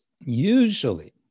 usually